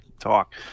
talk